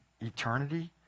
eternity